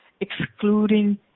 excluding